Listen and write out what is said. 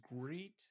great